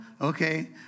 okay